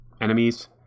enemies